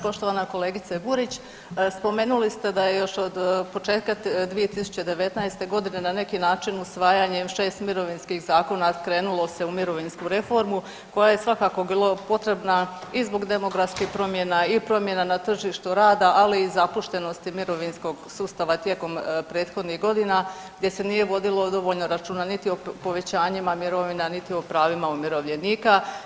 Poštovana kolegice Burić, spomenuli ste da je još od početka 2019. godine na neki način usvajanjem 6 mirovinskim zakona krenulo se u mirovinsku reformu koja je svakako bila potrebna i zbog demografskih promjena i promjena na tržištu rada ali i zapuštenosti mirovinskog sustava tijekom prethodnih godina gdje se nije vodilo dovoljno računa niti o povećanjima mirovina, niti o pravima umirovljenika.